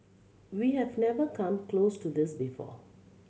we have never come close to this before